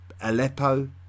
Aleppo